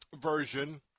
version